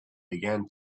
began